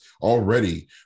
already